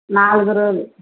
నాలుగు రోజులు